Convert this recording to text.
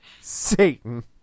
Satan